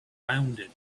rounded